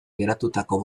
geratutako